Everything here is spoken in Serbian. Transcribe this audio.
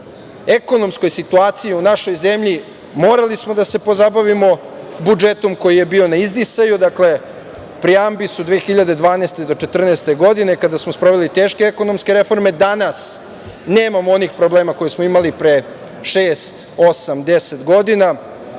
ekonomskoj situaciji u našoj zemlji. Morali smo da se pozabavimo budžetom koji je bio na izdisaju, pri ambisu 2012. do 2014. godine, a kada smo sproveli teške ekonomske reforme. Danas nemamo onih problema koje smo imali pre šest, osam, 10 godina.